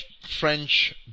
French